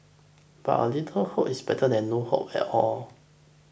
but a little hope is better than no hope at all